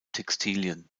textilien